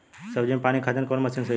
सब्जी में पानी खातिन कवन मशीन सही रही?